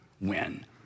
win